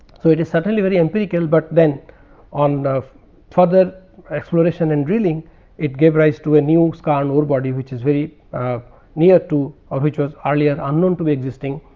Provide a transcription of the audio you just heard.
so, it is certainly very empirical but, then on ah further exploration and drilling it gave rise to a new skan ore body which is very ah near to or which was earlier unknown to the existing.